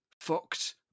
fucked